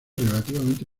relativamente